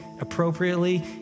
appropriately